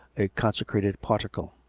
a consecrated particle.